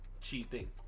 cheating